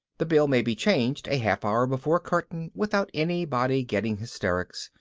the bill may be changed a half hour before curtain without anybody getting hysterics,